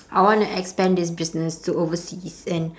I wanna expand this business to overseas and